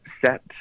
set